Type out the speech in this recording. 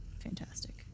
fantastic